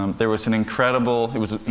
um there was an incredible it was, you